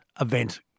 event